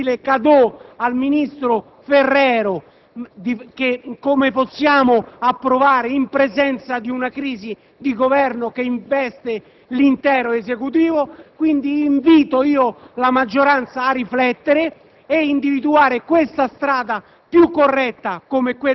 L'articolo 5 contiene un gentile *cadeau* al ministro Ferrero, ma come possiamo approvarlo in presenza di una crisi di Governo che investe l'intero Esecutivo? Quindi, invito la maggioranza a riflettere